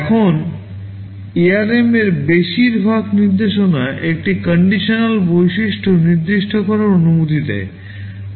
এখন ARM এর বেশিরভাগ নির্দেশনা একটি CONDITIONAL বৈশিষ্ট্য নির্দিষ্ট করার অনুমতি দেয়